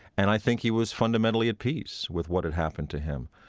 and i think he was fundamentally at peace with what had happened to him.